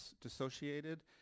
dissociated